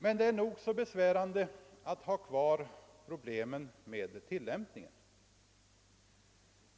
Men över till tillämpningen.